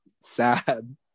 sad